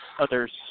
others